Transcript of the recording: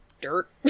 dirt